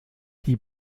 die